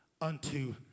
unto